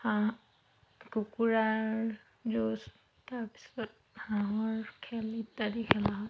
হাঁহ কুকুৰাৰ যুঁজ তাৰপিছত হাঁহৰ খেল ইত্যাদি খেলা হয়